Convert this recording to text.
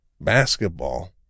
basketball